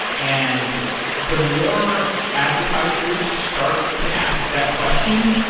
and the more advertisers start to ask that question,